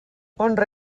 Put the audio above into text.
honra